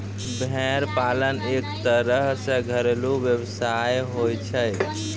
भेड़ पालन एक तरह सॅ घरेलू व्यवसाय होय छै